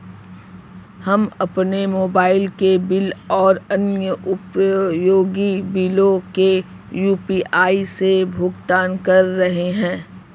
हम अपने मोबाइल के बिल और अन्य उपयोगी बिलों को यू.पी.आई से भुगतान कर रहे हैं